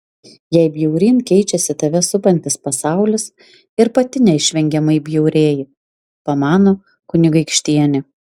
jei bjauryn keičiasi tave supantis pasaulis ir pati neišvengiamai bjaurėji pamano kunigaikštienė